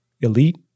elite